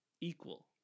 equal